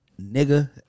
nigga